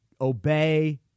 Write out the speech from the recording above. obey